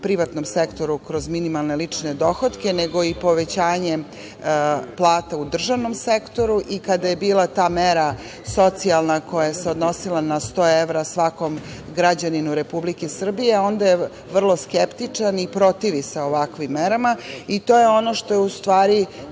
privatnom sektoru kroz minimalne lične dohotke, nego i povećanje plata u državnom sektoru i kada je bila ta mera, socijalna, koja se odnosila na 100 evra svakom građaninu Republike Srbije, onda je vrlo skeptičan i protivi se ovakvim merama. To je ono što je, u stvari,